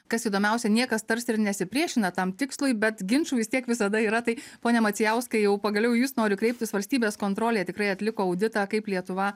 kas įdomiausia niekas tarsi ir nesipriešina tam tikslui bet ginčų vis tiek visada yra tai pone macijauskai jau pagaliau į jus noriu kreiptis valstybės kontrolė tikrai atliko auditą kaip lietuva